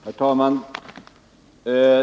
Herr talman!